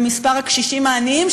במספר הקשישים העניים,